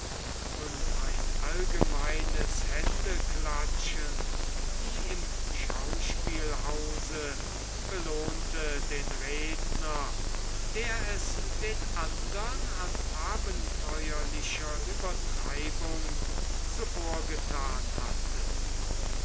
und ein allgemeines händeklatschen wie im schauspielhause belohnte den redner der es den andern an abenteuerlicher uebertreibung zuvorgethan hatte